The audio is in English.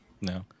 No